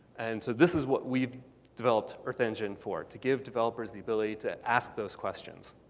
and so this is what we've developed earth engine for, to give developers the ability to ask those questions.